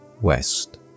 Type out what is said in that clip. west